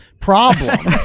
problem